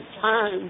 time